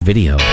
Video